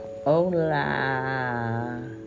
Hola